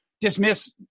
dismiss